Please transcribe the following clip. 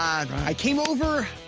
i came over, ah,